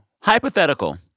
Hypothetical